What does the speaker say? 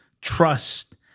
trust